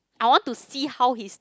I want to see how his